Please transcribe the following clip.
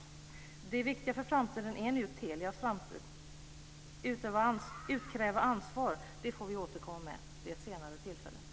Det viktiga för framtiden är nu Telias framtid. Att utkräva ansvar får vi återkomma med vid ett senare tillfälle. Tack!